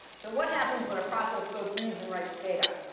so what happens when a process both reads and writes data?